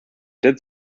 did